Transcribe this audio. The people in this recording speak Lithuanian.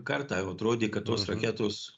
kartą jau atrodė kad tos raketos